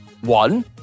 One